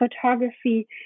photography